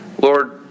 Lord